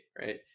right